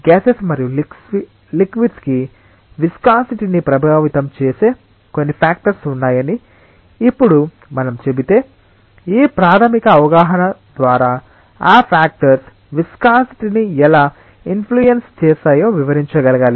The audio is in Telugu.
గ్యాసెస్ మరియు లిక్విడ్స్ కి విస్కాసిటి ని ప్రభావితం చేసే కొన్ని ఫ్యాక్టర్స్ ఉన్నాయని ఇప్పుడు మనం చెబితే ఈ ప్రాథమిక అవగాహన ద్వారా ఆ ఫ్యాక్టర్స్ విస్కాసిటిని ఎలా ఇన్ఫ్లుయెన్స్ చేస్తాయో వివరించగలగాలి